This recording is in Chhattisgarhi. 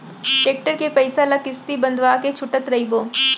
टेक्टर के पइसा ल किस्ती बंधवा के छूटत रइबो